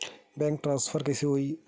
Bank transfer कइसे होही?